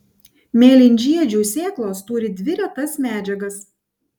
mėlynžiedžių sėklos turi dvi retas medžiagas